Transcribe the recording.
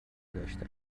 داشتن